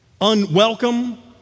unwelcome